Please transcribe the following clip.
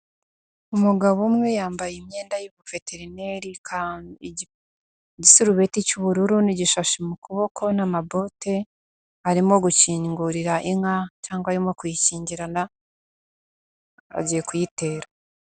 Umugabo umwe yambaye imyenda y'ubuveterineri, igiserubeti cy'ubururu n'igishashi mu kuboko n'amabote, arimo gukingurira inka cyangwa arimo kuyikinyingirana, agiye kuyitera.